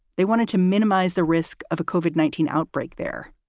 they wanted to minimize the risk of a covert nineteen outbreak there.